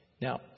Now